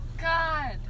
god